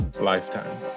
lifetime